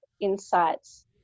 insights